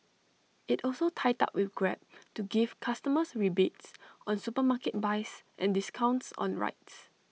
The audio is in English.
IT also tied up with grab to give customers rebates on supermarket buys and discounts on rides